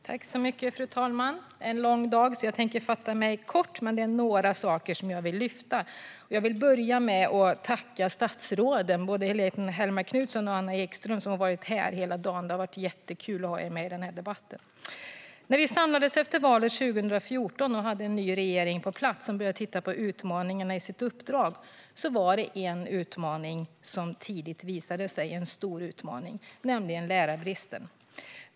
Fru talman! Det har varit en lång dag, så jag tänker fatta mig kort. Det finns dock några saker som jag vill ta upp. Jag vill börja med att tacka statsråden, både Helene Hellmark Knutsson och Anna Ekström, som har varit här hela dagen. Det har varit jättekul att ha er med i denna debatt! När vi samlades efter valet 2014 och hade en ny regering på plats som började titta på utmaningarna i sitt uppdrag var det en stor utmaning som tidigt visade sig, nämligen lärarbristen.